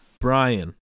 Brian